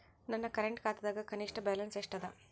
ನನ್ನ ಕರೆಂಟ್ ಖಾತಾದಾಗ ಕನಿಷ್ಠ ಬ್ಯಾಲೆನ್ಸ್ ಎಷ್ಟು ಅದ